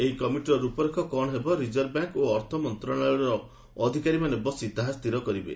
ଏହି କମିଟିର ରୂପରେଖ କ'ଣ ହେବ ରିଜର୍ଭ ବ୍ୟାଙ୍କ୍ ଓ ଅର୍ଥମନ୍ତ୍ରଣାଳୟର ଅଧିକାରୀମାନେ ବସି ତାହା ସ୍ଥିର କରିବେ